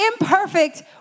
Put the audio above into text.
imperfect